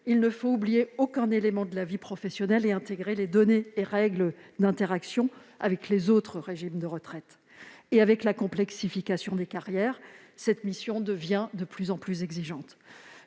il ne faut oublier aucun élément de la vie professionnelle et intégrer les données et règles d'interaction avec les autres régimes de retraite. Avec la complexification des carrières, cette mission devient de plus en plus exigeante.